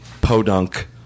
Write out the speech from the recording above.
podunk